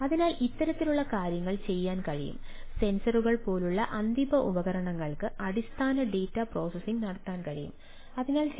അതിനാൽ ഇത്തരത്തിലുള്ള കാര്യങ്ങൾ ചെയ്യാൻ കഴിയും സെൻസറു പോലെ